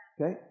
Okay